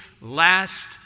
last